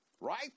right